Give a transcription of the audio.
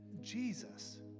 Jesus